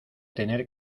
tener